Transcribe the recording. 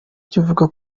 kivuga